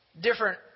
different